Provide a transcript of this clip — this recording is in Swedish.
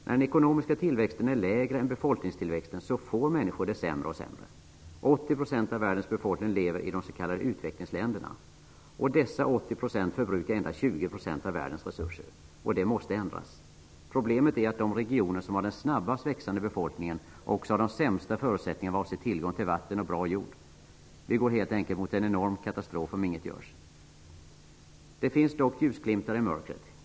När den ekonomiska tillväxten är lägre än befolkningstillväxten får människor det sämre och sämre. 80 % av världens befolkning lever i de s.k. utvecklingsländerna. Dessa 80 % förbrukar endast 20 % av världens resurser. Det måste ändras. Problemet är att de regioner som har den snabbast växande befolkningen också har de sämsta förutsättningarna vad avser tillgång till vatten och bra jord. Vi går helt enkelt mot en enorm katastrof om inget görs. Det finns dock ljusglimtar i mörkret.